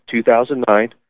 2009